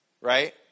Right